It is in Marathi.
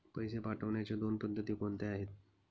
पैसे पाठवण्याच्या दोन पद्धती कोणत्या आहेत?